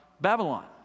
Babylon